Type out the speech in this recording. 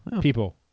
people